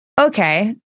okay